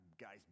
guys